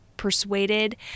persuaded